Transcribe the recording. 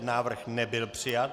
Návrh nebyl přijat.